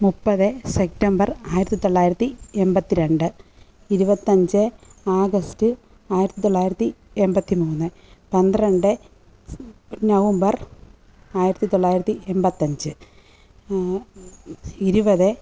മുപ്പത് സെപ്റ്റംബർ ആയിരത്തി തൊള്ളായിരത്തി എൺപത്തിരണ്ട് ഇരുപത്തഞ്ച് ആഗസ്റ്റ് ആയിരത്തി തൊള്ളായിരത്തി എൺപത്തി മൂന്ന് പന്ത്രണ്ട് നവംബർ ആയിരത്തി തൊള്ളായിരത്തി എൺപത്തഞ്ച് ഇരുപത്